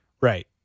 Right